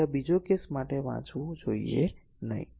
તેથી આ બીજા કેસ માટે વાંચવું જોઈએ નહીં